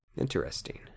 Interesting